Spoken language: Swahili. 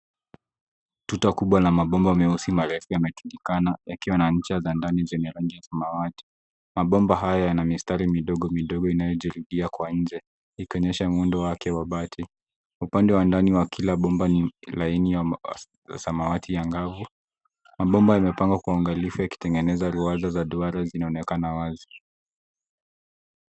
Tuta kubwa la mabomba meusi marefu yametundikana yakiwa na njia za ndani zenye rangi ya kisamawati. Mabomba haya na mistari midogo-midogo inayojirudia kwa nje ikionyesha muundo wake wa mabati. Upande wa ndani ya kila bomba ni laini ya samawati ya ngavu. Mabomba yamepangwa kwa uangalifu yakitengeneza luazu za duara yanaonekana wazi.